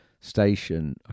station